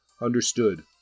Understood